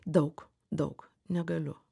daug daug negaliu